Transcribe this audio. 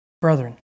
Brethren